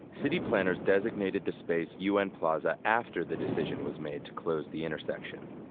city planners designated the space un plaza after the decision was made to close the intersection.